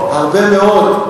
הרבה מאוד,